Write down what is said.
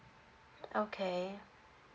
okay